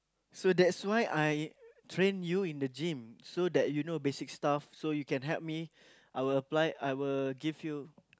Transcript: so that's why I train you in the gym so that you know basic stuff so you can help me I will apply I will give you